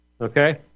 okay